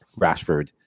Rashford